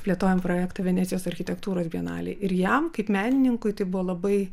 plėtojam projektą venecijos architektūros bienalėj ir jam kaip menininkui tai buvo labai